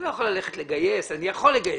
אני לא יכול ללכת לגייס אנשים.